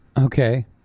okay